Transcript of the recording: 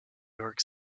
york